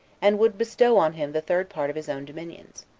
and would bestow on him the third part of his own dominions.